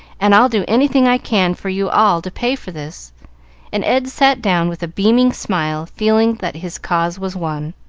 and i'll do anything i can for you all to pay for this and ed sat down with a beaming smile, feeling that his cause was won.